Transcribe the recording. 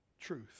truth